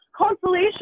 consolation